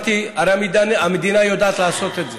הרי המדינה יודעת לעשות את זה,